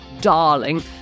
darling